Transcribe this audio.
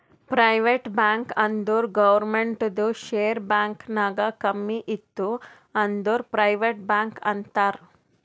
private bank ಅಂದುರ್ ಗೌರ್ಮೆಂಟ್ದು share bank ನಾಗ್ ಕಮ್ಮಿ ಇತ್ತು ಅಂದುರ್ ಪ್ರೈವೇಟ್ ಬ್ಯಾಂಕ್ ಅಂತಾರ್